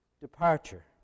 departure